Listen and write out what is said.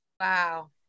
Wow